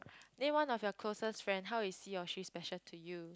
name one of your closest friend how is he or she special to you